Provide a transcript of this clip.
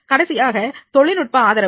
கடைசியாக தொழில்நுட்ப ஆதரவு